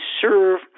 serve